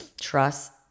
trust